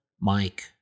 Mike